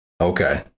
Okay